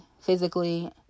physically